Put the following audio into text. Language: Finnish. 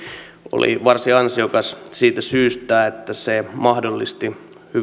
oli varsin ansiokas siitä syystä että se mahdollisti hyvin